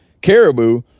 Caribou